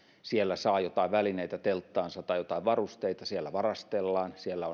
siellä saa joitain välineitä tai varusteita telttaansa siellä varastellaan siellä